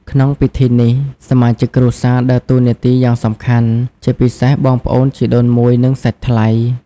ក្នុងពិធីនេះ សមាជិកគ្រួសារដើរតួនាទីយ៉ាងសំខាន់ ជាពិសេសបងប្អូនជីដូនមួយ និងសាច់ថ្លៃ។